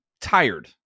tired